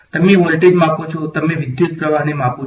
તમે વોલ્ટેજ માપો છો તમે વિધુત પ્રવાહ છે